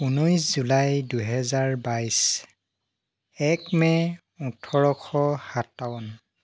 ঊনৈছ জুলাই দুহেজাৰ বাইছ এক মে' ওঠৰশ সাতাৱন